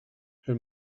her